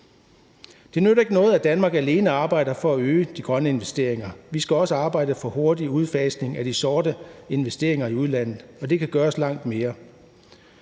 Det nytter ikke noget, at Danmark alene arbejder for at øge de grønne investeringer. Vi skal også arbejde for en hurtig udfasning af de sorte investeringer i udlandet. Det kan gøres langt bedre.